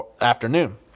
afternoon